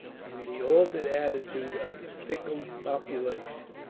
in the altered attitude of the fickle population.